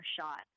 shot